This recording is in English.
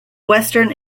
western